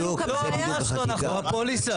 זאת הפוליסה.